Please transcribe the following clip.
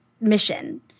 mission